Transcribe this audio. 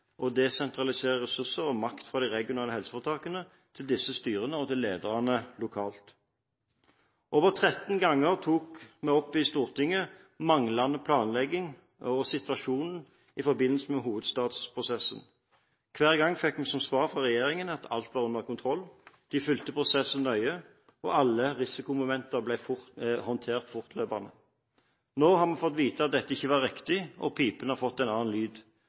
og desentralisere ressurser og makt fra de regionale helseforetakene til disse styrene og til lederne lokalt. Mer enn 13 ganger har vi tatt opp i Stortinget manglende planlegging og situasjonen vi har i forbindelse med hovedstadsprosessen. Hver gang har vi fått som svar fra regjeringen at alt har vært under kontroll – de har fulgt prosessen nøye, og alle risikomomenter har blitt håndtert fortløpende. Nå har vi fått vite at dette ikke var riktig, og pipen har fått en annen lyd.